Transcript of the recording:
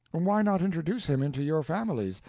why not introduce him into your families,